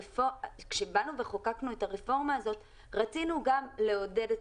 כשבאנו וחוקקנו את הרפורמה הזאת רצינו גם לעודד את